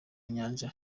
nyanja